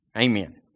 amen